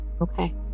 okay